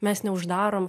mes neuždarom